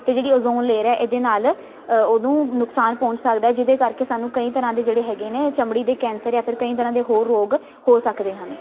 ਅਤੇ ਜਿਹੜੀ ozone layer ਹੈ ਇਹਦੇ ਨਾਲ਼ ਉਹਨੂੰ ਨੁਕਸਾਨ ਪਹੁੰਚ ਸਕਦਾ ਜਿਹਦੇ ਕਰਕੇ ਸਾਨੂੰ ਕਈ ਤਰ੍ਹਾਂ ਦੇ ਜਿਹੜੇ ਹੈਗੇ ਨੇ ਚਮੜੀ ਦੇ ਕੈਂਸਰ ਜਾਂ ਫਿਰ ਕਈ ਤਰ੍ਹਾਂ ਦੇ ਹੋਰ ਰੋਗ ਹੋ ਸਕਦੇ ਹਨ